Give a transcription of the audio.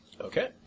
Okay